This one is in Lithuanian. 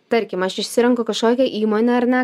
tarkim aš išsirenku kažkokią įmonę ar ne